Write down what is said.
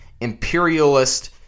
Imperialist